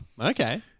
Okay